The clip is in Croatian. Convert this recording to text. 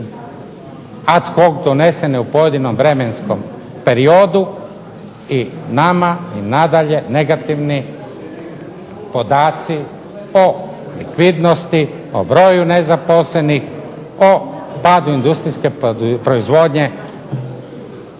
ad hoc donesene u pojedinom vremenskom periodu i nama i nadalje negativni podaci o likvidnosti, o broju nezaposlenih, o padu industrijske proizvodnje,